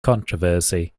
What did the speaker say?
controversy